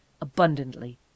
abundantly